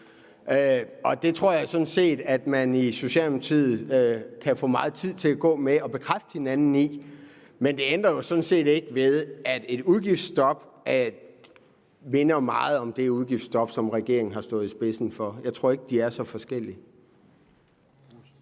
Det tror jeg sådan set at man i Socialdemokratiet kan få meget tid til at gå med at bekræfte hinanden i. Men det ændrer jo sådan set ikke ved, at Venstres udgiftsstop minder meget om det udgiftsstop, som regeringen har stået spidsen for. Jeg tror ikke, at de er så forskellige.